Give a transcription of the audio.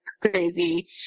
crazy